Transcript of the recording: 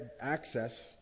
access